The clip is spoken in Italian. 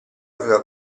aveva